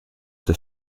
der